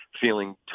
feeling